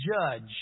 judge